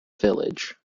village